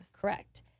correct